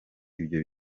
ibyo